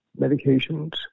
medications